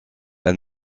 elle